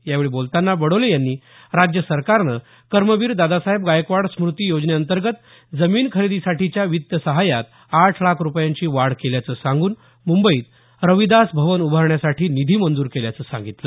यावेळी बोलतांना बडोले यांनी राज्य सरकारनं कर्मवीर दादासाहेब गायकवाड स्मुती योजनेंतर्गत जमीन खरेदीसाठीच्या वित्त सहाय्यात आठ लाख रुपयांची वाढ केल्याचं सांगून मुंबईत रविदास भवन उभारण्यासाठी निधी मंजूर केल्याचं सांगितलं